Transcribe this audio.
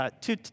two